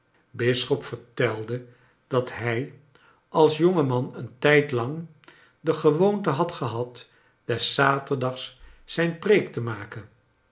bisschop vertelde dat hij als joagemaa eea tijdlaag de gewooate had gehad des zaterdags zija preek te maken